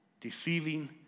deceiving